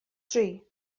tri